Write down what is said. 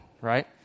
right